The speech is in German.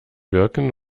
birken